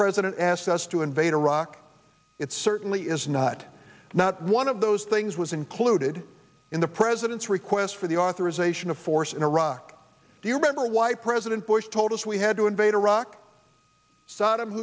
president asked us to invade iraq it certainly is not not one of those things was included in the president's request for the authorization of force in iraq do you remember why president bush told us we had to invade iraq saddam